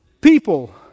people